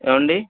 ఏమండి